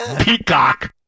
Peacock